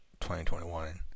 2021